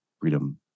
freedom